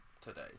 today